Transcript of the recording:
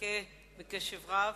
נחכה בקשב רב.